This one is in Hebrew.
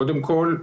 קודם כל,